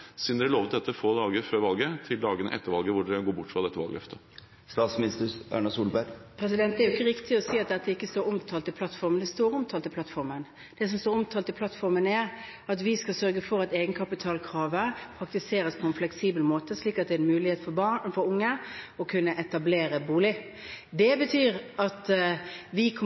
dette få dager før valget, til dagene etter valget, siden dere går bort fra dette valgløftet? Det er jo ikke riktig å si at dette ikke står omtalt i plattformen. Det står omtalt i plattformen. Det som står omtalt i plattformen, er at vi skal sørge for at egenkapitalkravet praktiseres på en fleksibel måte slik at det er mulig for unge å kunne etablere seg med bolig. Det betyr at vi kommer